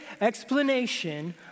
explanation